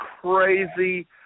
crazy